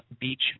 Beach